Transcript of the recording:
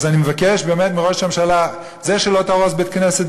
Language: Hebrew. אז אני מבקש באמת מראש הממשלה: זה שלא תהרוס בית-כנסת,